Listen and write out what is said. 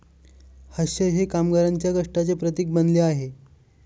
हास्य हे कामगारांच्या कष्टाचे प्रतीक बनले आहे